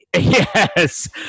Yes